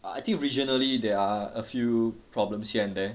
I I think regionally there are a few problems here and there